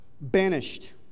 Banished